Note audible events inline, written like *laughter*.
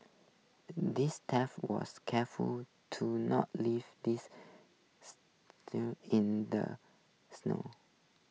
this thief was careful to not leave this *unintelligible* in the snow